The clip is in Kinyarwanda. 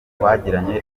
twagiranye